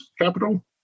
capital